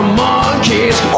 monkeys